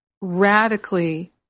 radically